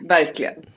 Verkligen